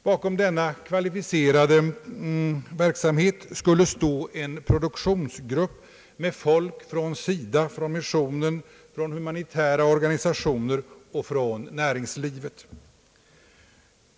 Bakom denna kvalificerade verksamhet skulle stå en produktionsgrupp med representanter från SIDA, från missionen, från humanitära hjälporganisationer och från näringslivet.